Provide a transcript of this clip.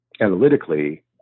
analytically